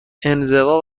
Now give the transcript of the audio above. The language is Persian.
انزوا